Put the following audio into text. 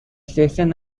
station